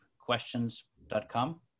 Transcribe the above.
questions.com